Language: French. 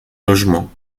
logement